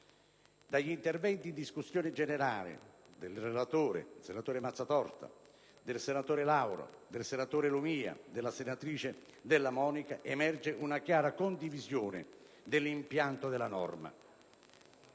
Dagli interventi in discussione generale, del relatore senatore Mazzatorta, del senatore Lauro, del senatore Lumia e della senatrice Della Monica, emerge una chiara condivisione dell'impianto della norma,